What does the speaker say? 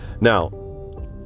Now